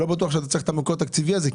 לא בטוח שאתה צריך את המקור התקציבי הזה,